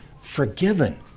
forgiven